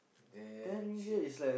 damn cheap